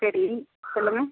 சரி சொல்லுங்க